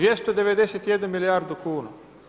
291 milijardu kuna.